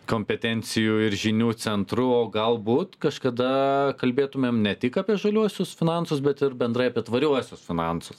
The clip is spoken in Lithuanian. kompetencijų ir žinių centru o galbūt kažkada kalbėtumėm ne tik apie žaliuosius finansus bet ir bendrai apie tvariuosius finansus